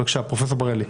פרופ' בראלי,